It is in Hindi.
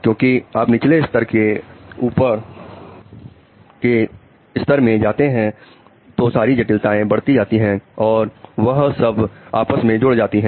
क्योंकि आप निचले स्तर से ऊपर के स्तर में जाते हैं तो सारी जटिलताएं बढ़ती जाती हैं और वह सब आपस में जुड़ जाती हैं